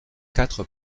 quatre